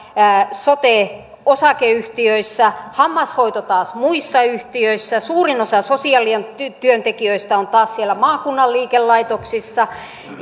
sote osakeyhtiöissä hammashoito taas muissa yhtiöissä suurin osa sosiaalityöntekijöistä on taas siellä maakunnan liikelaitoksissa